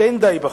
שאין די בחוק,